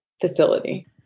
facility